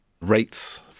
rates